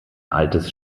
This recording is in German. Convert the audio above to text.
altes